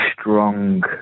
strong